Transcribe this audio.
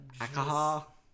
Alcohol